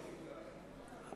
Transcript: יש חקיקה,